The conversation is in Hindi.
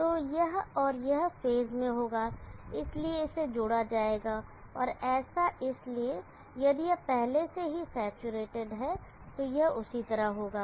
तो यह और यह फेज में होगा इसलिए इसे जोड़ा जाएगा और ऐसा इसलिए यदि यह पहले से ही सैचुरेटेड है तो यह उसी तरह होगा